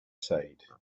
side